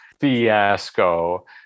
fiasco